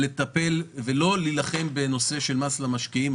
ולא להטיל מס על המשקיעים.